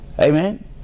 Amen